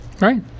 right